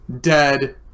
Dead